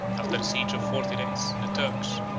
after a siege of forty days, the turks,